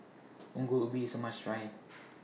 Ongol Ubi IS A must Try